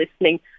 listening